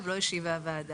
כי אני רוצה להסביר לך למה.